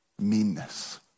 meanness